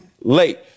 late